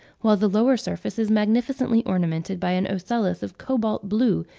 while the lower surface is magnificently ornamented by an ocellus of cobalt-blue,